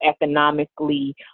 economically